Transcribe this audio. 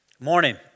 morning